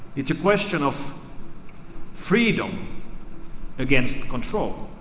it's a question of freedom against control.